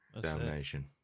Damnation